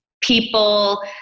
people